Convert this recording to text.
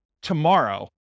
tomorrow